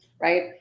Right